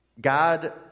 God